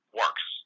works